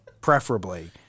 Preferably